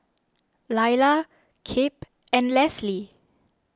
Lailah Kip and Lesli